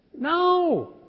No